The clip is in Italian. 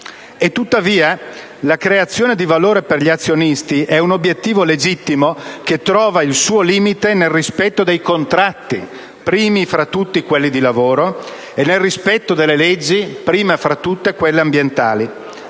Tuttavia la creazione di valore per gli azionisti è un obiettivo legittimo che trova il suo limite nel rispetto dei contratti, primi fra tutti quelli di lavoro, e nel rispetto delle leggi, prime fra tutte quelle ambientali.